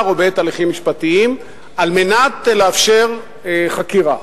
או בעת הליכים משפטיים על מנת לאפשר חקירה.